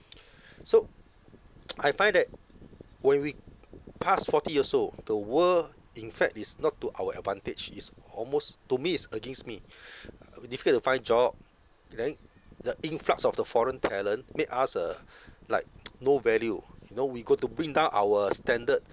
so I find that when we passed forty years old the world in fact is not to our advantage is almost to me is against me a bit difficult to find job right the influx of the foreign talent make us uh like no value you know we got to bring down our standard